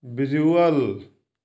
visual